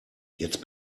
jetzt